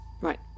right